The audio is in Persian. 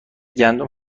گندم